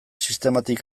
sistematik